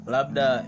Labda